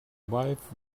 wife